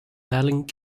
battling